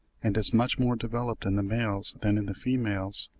and is much more developed in the males than in the females,